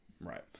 Right